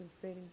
city